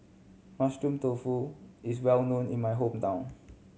Mushroom Tofu is well known in my hometown